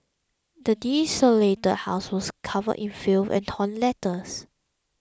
the desolated house was covered in filth and torn letters